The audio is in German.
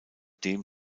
dem